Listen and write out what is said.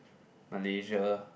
Malaysia